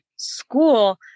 school